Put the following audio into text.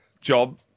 job